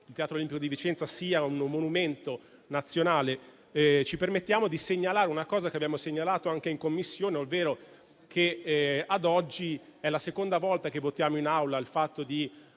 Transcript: il Teatro Olimpico di Vicenza sia un monumento nazionale. Ci permettiamo di segnalare una cosa che abbiamo segnalato anche in Commissione, ovvero che ad oggi è la seconda volta che votiamo in Aula per il